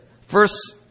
first